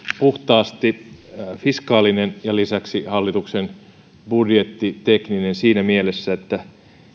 puhtaasti fiskaalinen ja lisäksi hallitukselta budjettitekninen siinä mielessä että